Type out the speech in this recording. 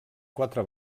quatre